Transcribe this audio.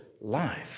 life